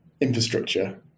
infrastructure